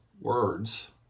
words